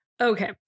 Okay